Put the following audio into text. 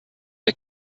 der